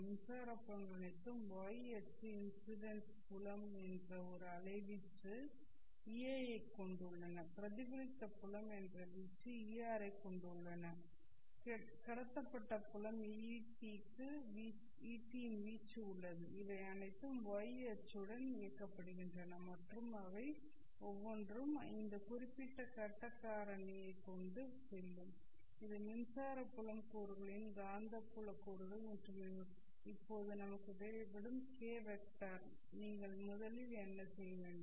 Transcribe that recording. மின்சார புலங்கள் அனைத்தும் y அச்சு இன்சிடெண்ட் புலம் என்ற ஒரு அலைவீச்சு Ei ஐக் கொண்டுள்ளன பிரதிபலித்த புலம் என்ற வீச்சு Er கொண்டுள்ளன கடத்தப்பட்ட புலம் Et இன் வீச்சு உள்ளது அவை அனைத்தும் y அச்சுடன் இயக்கப்படுகின்றன மற்றும் அவை ஒவ்வொன்றும் இந்த குறிப்பிட்ட கட்ட காரணியைக் கொண்டு செல்லும் இது மின்சார புலம் கூறுகளின் காந்தப்புல கூறுகள் மற்றும் இப்போது நமக்கு தேவைப்படும் k வெக்டர் நீங்கள் முதலில் என்ன செய்ய வேண்டும்